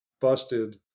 busted